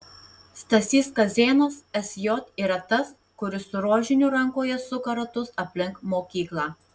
stasys kazėnas sj yra tas kuris su rožiniu rankoje suka ratus aplink mokyklą